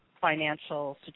financial